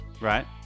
Right